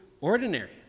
ordinary